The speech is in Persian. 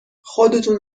خودتون